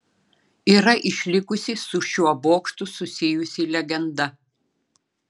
yra išlikusi su šiuo bokštu susijusi legenda